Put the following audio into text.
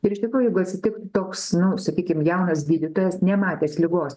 ir iš tikro jeigu atsitiktų toks nu sakykim jaunas gydytojas nematęs ligos